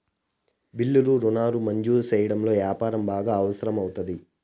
బిల్లులు రుణాలు మంజూరు సెయ్యడంలో యాపారం బాగా అవసరం అవుతుంది